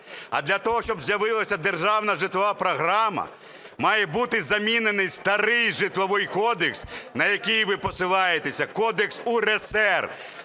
А для того, щоб з'явилася державна житлова програма, має бути замінений старий Житловий кодекс, на який ви посилаєтеся, кодекс УРСР,